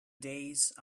days